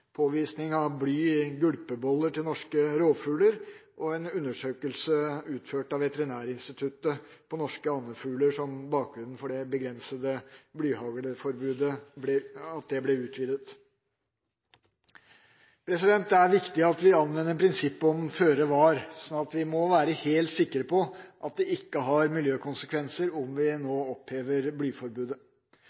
bly i gulpeboller til norske rovfugler og en undersøkelse utført av Veterinærinstituttet på norske andefugler som bakgrunn for at det begrensede blyhaglforbudet ble utvidet. Det er viktig at vi anvender prinsippet om føre-var, sånn at vi må være helt sikre på at det ikke har miljøkonsekvenser om vi nå opphever blyforbudet.